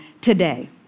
today